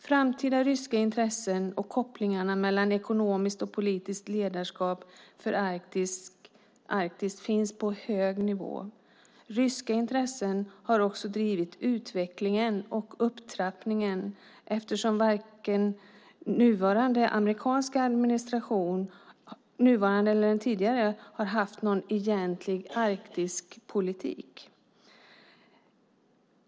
Framtida ryska intressen och kopplingarna mellan ekonomiskt och politiskt ledarskap för Arktis finns på hög nivå. Ryska intressen har också drivit utvecklingen och upptrappningen eftersom varken nuvarande eller tidigare amerikansk administration har någon egentlig Arktispolitik.